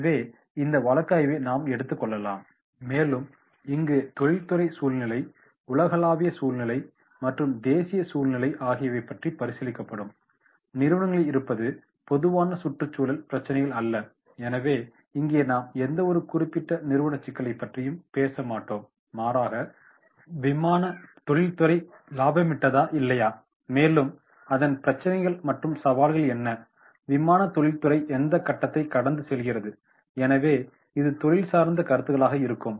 எனவே இந்த வழக்காய்வை நாம் எடுத்துக்கொள்ளலாம் மேலும் இங்கு தொழில்துறை சூழ்நிலை உலகளாவிய சூழ்நிலை மற்றும் தேசிய சூழ்நிலை ஆகியவை பற்றி பரிசீலிக்கப்படும் நிறுவனங்களில் இருப்பது பொதுவான சுற்றுச்சூழல் பிரச்சினைகள் அல்ல எனவே இங்கே நாம் எந்தவொரு குறிப்பிட்ட நிறுவன சிக்கலையும் பற்றி பேச மாட்டோம் மாறாக விமானத் தொழில்த்துறை லாபமயிட்டுதா இல்லையா மேலும் அதன் பிரச்சினைகள் மற்றும் சவால்கள் என்ன விமானத் தொழில்த்துறை எந்த கட்டத்தை கடந்து செல்கிறது எனவே இது தொழில் சார்ந்த கருத்துகளாக இருக்கும்